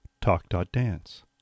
talk.dance